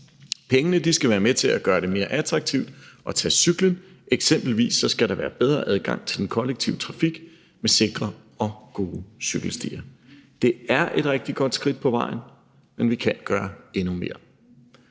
Pengene skal være med til at gøre det mere attraktivt at tage cyklen, eksempelvis skal der være bedre adgang til den kollektive trafik med sikre og gode cykelstier. Det er et rigtig godt skridt på vejen, men vi kan gøre endnu mere.